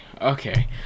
Okay